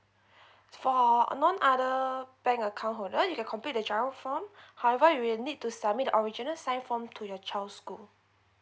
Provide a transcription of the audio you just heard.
for or non uh the bank account holder you complete the G_I_R_O form however you will need to submit the original signed form to your child's school